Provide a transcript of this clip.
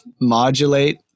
Modulate